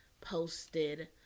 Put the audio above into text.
posted